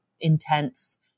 intense